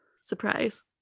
surprise